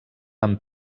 amb